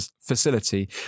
facility